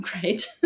great